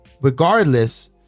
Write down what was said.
Regardless